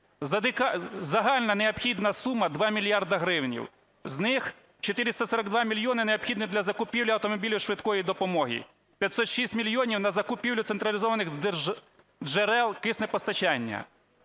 Загальна необхідна сума – 2 мільярди гривень, з них 442 мільйони необхідні для закупівлі автомобілів швидкої допомоги, 506 мільйонів – на закупівлю централізованих джерел киснепостачання.